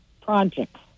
projects